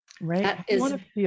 Right